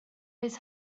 his